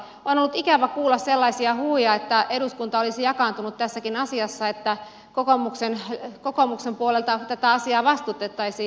on ollut ikävä kuulla sellaisia huhuja että eduskunta olisi jakaantunut tässäkin asiassa että kokoomuksen puolelta tätä asiaa vastustettaisiin